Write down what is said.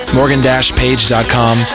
morgan-page.com